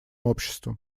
обществом